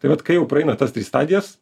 tai vat kai jau praeina tas tris stadijas